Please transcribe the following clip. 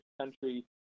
country